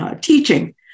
teaching